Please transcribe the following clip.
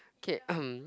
okay um